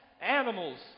animals